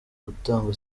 gutanga